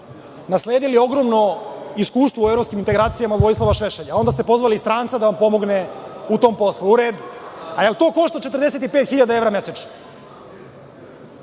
nasledili ogromno iskustvo u evropskim integracijama Vojislava Šešelja, a onda ste pozvali stranca da vam pomogne u tom poslu. U redu. Da li to košta 45.000 evra mesečno?